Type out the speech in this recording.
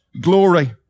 glory